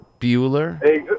Bueller